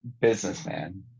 businessman